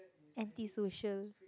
anti-social